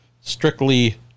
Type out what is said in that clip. strictly